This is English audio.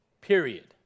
period